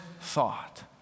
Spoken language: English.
thought